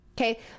Okay